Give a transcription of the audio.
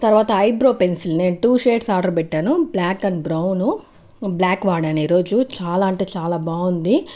తరవాత eyebrow pencil నేను two shades order పెట్టాను బ్లాక్ అండ్ బ్రౌను బ్లాక్ వాడాను ఈరోజు చాలా అంటే చాలా బాగుంది